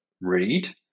read